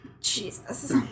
Jesus